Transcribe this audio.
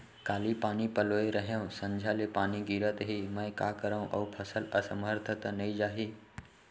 काली पानी पलोय रहेंव, संझा ले पानी गिरत हे, मैं का करंव अऊ फसल असमर्थ त नई जाही?